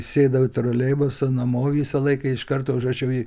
sėdau į troleibusą namo visą laiką iš karto užrašiau į